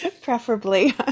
Preferably